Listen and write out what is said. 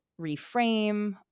reframe